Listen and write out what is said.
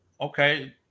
Okay